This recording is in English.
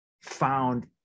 found